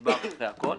הגזבר של ההתאחדות.